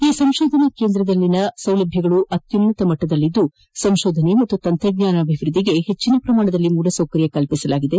ಈ ಸಂಶೋಧನಾ ಕೇಂದ್ರದಲ್ಲಿನ ಸೌಲಭ್ಯಗಳು ಅತ್ಯುನ್ನತ ಮಟ್ಟದಲ್ಲಿದ್ದು ಸಂಶೋಧನೆ ಮತ್ತು ತಂತ್ರಜ್ಞಾನ ಅಭಿವೃದ್ದಿಗೆ ಹೆಚ್ಚಿನ ಪ್ರಮಾಣದಲ್ಲಿ ಮೂಲಸೌಕರ್ಯ ಕಲ್ಪಿಸಲಾಗಿದೆ